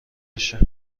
باشه